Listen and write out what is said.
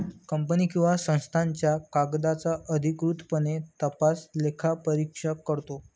company किंवा संस्थांच्या कागदांचा अधिकृतपणे तपास लेखापरीक्षक करतो